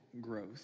growth